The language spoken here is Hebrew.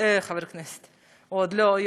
חבר הכנסת הוא עוד לא,